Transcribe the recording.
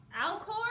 Alcor